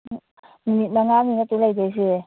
ꯅꯨꯃꯤꯠ ꯃꯉꯥꯅꯤ ꯅꯠꯇ꯭ꯔꯣ ꯂꯩꯗꯣꯏꯁꯦ